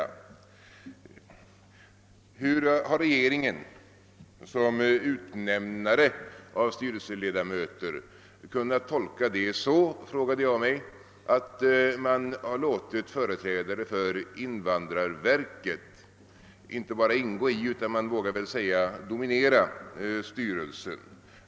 Jag frågade mig hur regeringen såsom utnämnare av styrelseledamöter kunnat tolka detta beslut så att företrädare för invandrarverket inte bara tillåtits ingå i utan, vågar man väl säga, även dominera styrelsen.